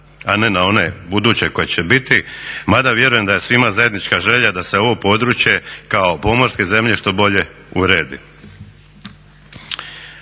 a ne na one buduće koje će biti, mada vjerujem da je svima zajednička želja da se ovo područje kao pomorske zemlje što bolje uredi.